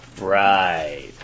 Right